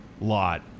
lot